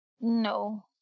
No